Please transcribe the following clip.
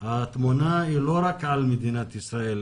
התמונה היא לא רק על מדינת ישראל,